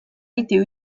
été